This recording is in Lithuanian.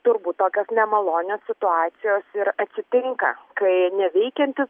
turbūt tokios nemalonios situacijos ir atsitinka kai neveikiantis